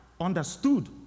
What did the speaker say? understood